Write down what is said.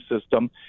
system